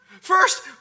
First